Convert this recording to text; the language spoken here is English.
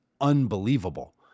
unbelievable